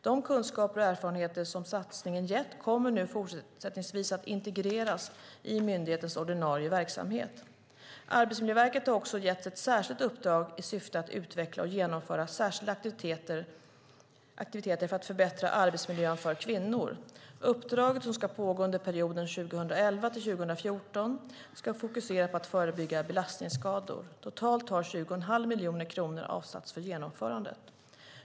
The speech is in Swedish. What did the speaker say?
De kunskaper och erfarenheter som satsningen gett kommer nu fortsättningsvis att integreras i myndighetens ordinarie verksamhet. Arbetsmiljöverket har också getts ett särskilt uppdrag i syfte att utveckla och genomföra särskilda aktiviteter för att förbättra arbetsmiljön för kvinnor. Uppdraget, som ska pågå under perioden 2011-2014, ska fokusera på att förebygga belastningsskador. Totalt har 20,5 miljoner kronor avsatts för genomförandet.